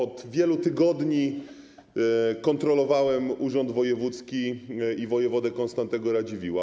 Od wielu tygodni kontrolowałem urząd wojewódzki i wojewodę Konstantego Radziwiłła.